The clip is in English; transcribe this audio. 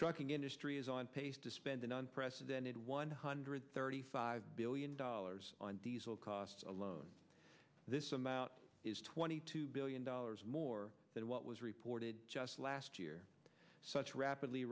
trucking industry is on pace to spend an unprecedented one hundred thirty five billion dollars on diesel costs alone this sum out is twenty two billion dollars more than what was reported just last year such rapidly